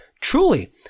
truly